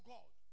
God